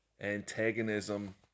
antagonism